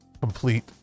complete